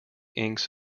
inks